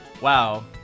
wow